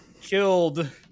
killed